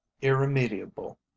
irremediable